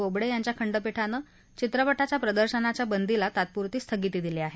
बोबडे यांच्या खंडपीठानं चित्रपटाच्या प्रदर्शनाच्या बंदीला तात्पुरती स्थगिती दिली आहे